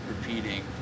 repeating